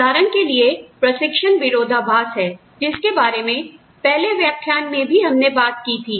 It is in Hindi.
उदाहरण के लिए प्रशिक्षण विरोधाभास है जिसके बारे में पहले व्याख्यान में भी हमने बात की थी